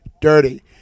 Dirty